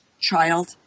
child